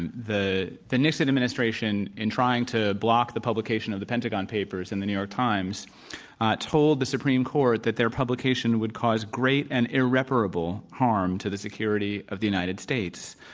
and the the nixon administration, in trying to block the publication of the pentagon papers in the new york times told the supreme court that their publication would cause great and irreparable harm to the security of the united states.